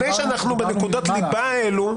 לפני שאנחנו בנקודת הליבה האלה,